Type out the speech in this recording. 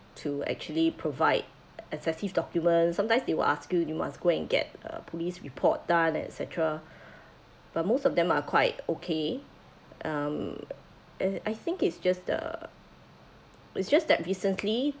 to actually provide excessive document sometimes they will ask you you must go and get a police report done and et cetera but most of them are quite okay um uh I think it's just the it's just that recently